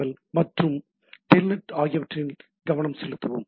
L மற்றும் Telnet ஆகியவற்றில் கவனம் செலுத்துவோம்